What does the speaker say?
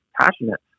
passionate